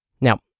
Now